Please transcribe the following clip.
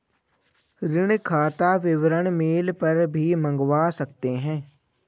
ऋण खाता विवरण मेल पर भी मंगवा सकते है